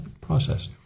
process